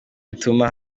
bituma